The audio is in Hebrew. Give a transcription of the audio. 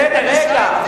בסדר, רגע.